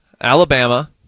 Alabama